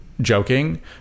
joking